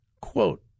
Quote